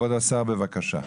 כבוד השר, בבקשה.